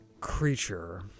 creature